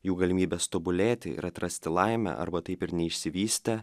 jų galimybės tobulėti ir atrasti laimę arba taip ir neišsivystė